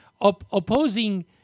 opposing